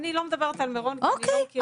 אני לא מדברת על מירון כי אני לא מכירה.